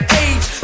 age